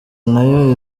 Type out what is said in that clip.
nayo